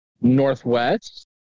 Northwest